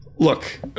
Look